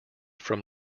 from